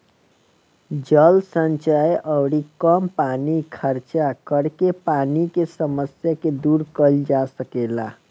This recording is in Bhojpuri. जल संचय अउरी कम पानी खर्चा करके पानी के समस्या के दूर कईल जा सकेला